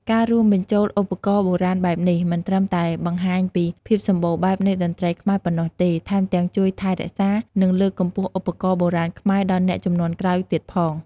ការរួមបញ្ចូលឧបករណ៍បុរាណបែបនេះ មិនត្រឹមតែបង្ហាញពីភាពសម្បូរបែបនៃតន្ត្រីខ្មែរប៉ុណ្ណោះទេ ថែមទាំងជួយថែរក្សា និងលើកកម្ពស់ឧបករណ៍បុរាណខ្មែរដល់អ្នកជំនាន់ក្រោយទៀតផង។